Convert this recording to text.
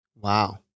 Wow